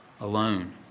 alone